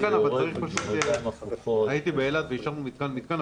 הייתי באילת ואישרנו מתקן מתקן,